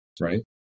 right